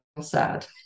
sad